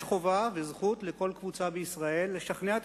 יש חובה וזכות לכל קבוצה בישראל לשכנע את